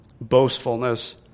boastfulness